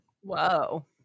Whoa